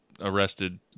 arrested